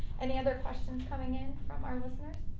any other questions coming in from our listeners?